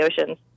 oceans